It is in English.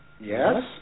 Yes